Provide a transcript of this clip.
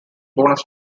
bonus